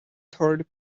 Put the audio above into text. third